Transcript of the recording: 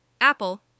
Apple